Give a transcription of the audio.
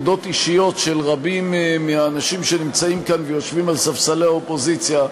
עמדות אישיות של רבים מהאנשים שנמצאים כאן ויושבים על ספסלי האופוזיציה,